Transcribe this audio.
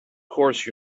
course